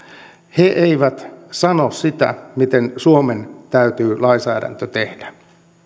he eivät sano sitä miten suomen täytyy lainsäädäntö tehdä